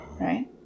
right